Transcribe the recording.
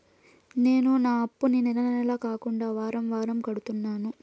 నేను నా అప్పుని నెల నెల కాకుండా వారం వారం కడుతున్నాను